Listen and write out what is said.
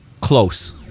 Close